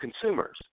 consumers